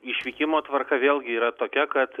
išvykimo tvarka vėlgi yra tokia kad